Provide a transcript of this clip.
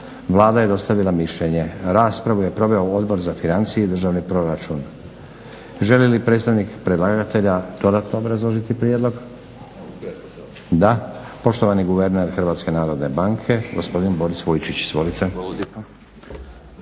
Vlada je dostavila mišljenje. Raspravu je proveo Odbor za financije i državni proračun. Želi li predstavnik predlagatelja dodatno obrazložiti prijedlog? Da. Poštovani guverner HNB-a gospodin Boris Vujčić. Izvolite.